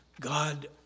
God